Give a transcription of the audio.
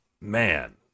man